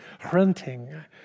Hunting